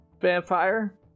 vampire